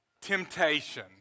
temptation